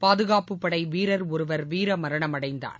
பாதுகாப்புப்படை வீரர் ஒருவர் வீரமரணமடைந்தார்